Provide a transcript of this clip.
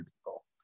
people